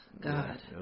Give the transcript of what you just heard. God